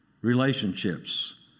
relationships